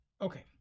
Okay